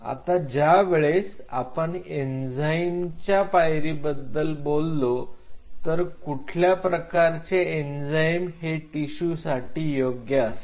आता ज्या वेळेस आपण एन्झाईमचा पायरी बद्दल बोलतो तर कुठल्या प्रकारचे एन्झाईम हे टिशू साठी योग्य असेल